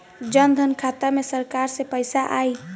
जनधन खाता मे सरकार से पैसा आई?